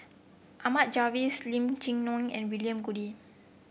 Ahmad Jais Lim Chee Onn and William Goode